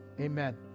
Amen